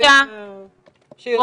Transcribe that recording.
אני רוצה קודם כל להודות לך,